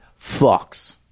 fucks